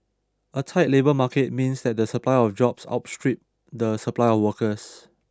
a tight labour market means that the supply of jobs outstrip the supply of workers